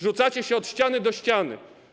Rzucacie się od ściany do ściany.